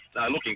Looking